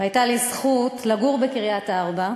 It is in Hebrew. הייתה לי הזכות לגור בקריית-ארבע,